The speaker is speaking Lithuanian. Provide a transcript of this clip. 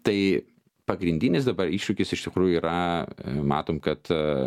tai pagrindinis dabar iššūkis iš tikrųjų yra matom kad